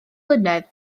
mlynedd